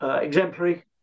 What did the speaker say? exemplary